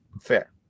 Fair